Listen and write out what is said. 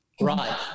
Right